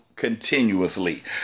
continuously